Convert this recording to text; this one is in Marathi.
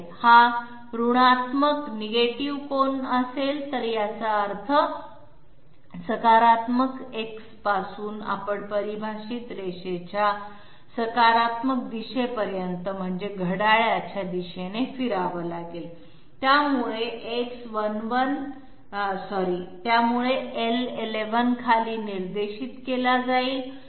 जर ऋणात्मक कोन दिला असेल तर याचा अर्थ सकारात्मक X पासून आपण परिभाषित रेषेच्या सकारात्मक दिशेपर्यंत पोहोचेपर्यंत आपल्याला घड्याळाच्या दिशेने फिरावे लागेल त्यामुळे l11 खाली निर्देशित केला जाईल